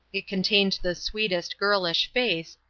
it contained the sweetest girlish face,